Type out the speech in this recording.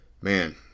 man